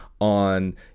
on